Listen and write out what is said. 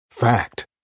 fact